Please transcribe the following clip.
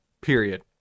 period